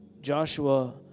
Joshua